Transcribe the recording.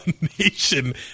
Nation